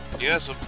Yes